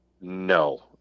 no